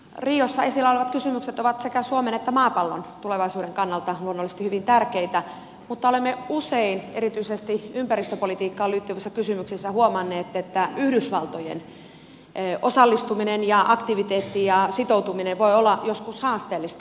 riossa esillä olevat kysymykset ovat sekä suomen että maapallon tulevaisuuden kannalta luonnollisesti hyvin tärkeitä mutta olemme usein erityisesti ympäristöpolitiikkaan liittyvissä kysymyksissä huomanneet että yhdysvaltojen osallistuminen ja aktiviteetti ja sitoutuminen voi olla joskus haasteellista